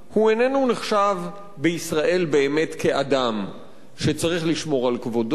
הוא איננו נחשב בישראל באמת כאדם שצריך לשמור על כבודו,